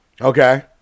Okay